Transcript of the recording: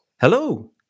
hello